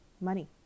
money